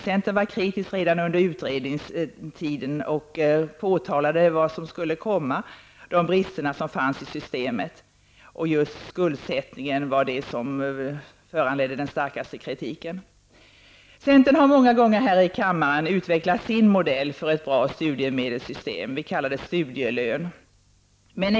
Centern var kritisk redan under utredningstiden och påtalade vad som skulle komma med de brister som fanns i systemet. Just skuldsättningen föranledde den starkaste kritiken. Centern har många gånger i kammaren utvecklat sin modell för hur ett bra studiemedelssystem skall vara beskaffat -- vi kallar det studielön.